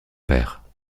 père